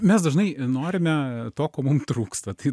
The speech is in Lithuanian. mes dažnai norime to ko mum trūksta tai